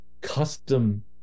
custom